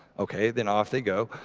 okay, then off they go.